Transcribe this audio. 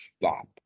stop